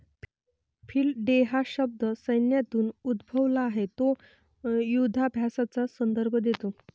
field day हा शब्द सैन्यातून उद्भवला आहे तो युधाभ्यासाचा संदर्भ देतो